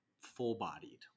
full-bodied